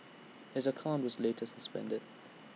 his account was later suspended